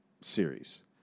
series